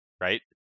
right